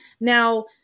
Now